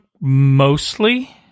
Mostly